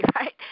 right